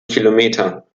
kilometer